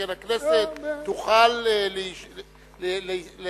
שכן הכנסת תוכל להספיק